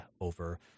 over